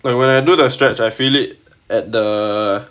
and when I do the stretch I feel it at the